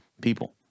people